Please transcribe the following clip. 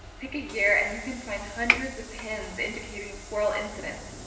pick a year and you can find hundreds of pins indicating squirrel incidents,